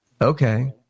Okay